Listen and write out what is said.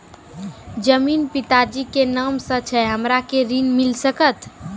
जमीन पिता जी के नाम से छै हमरा के ऋण मिल सकत?